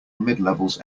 midlevels